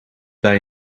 bij